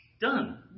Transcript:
done